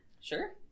Sure